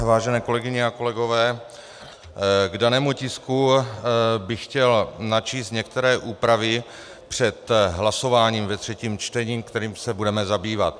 Vážené kolegyně a kolegové, k danému tisku bych chtěl načíst některé úpravy před hlasováním ve třetím čtení, kterým se budeme zabývat.